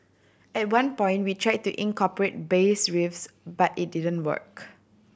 at one point we tried to incorporate bass riffs but it didn't work